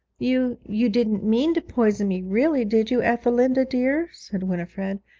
you you didn't mean to poison me really, did you, ethelinda dear said winifred,